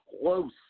close